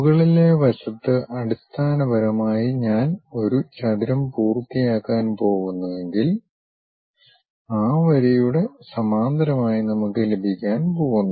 മുകളിലെ വശത്ത് അടിസ്ഥാനപരമായി ഞാൻ ഒരു ചതുരം പൂർത്തിയാക്കാൻ പോകുന്നുവെങ്കിൽ ആ വരിയുടെ സമാന്തരമായി നമുക്ക് ലഭിക്കാൻ പോകുന്നു